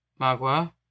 magua